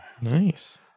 Nice